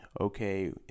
okay